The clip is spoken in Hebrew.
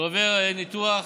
שעובר ניתוח,